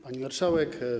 Pani Marszałek!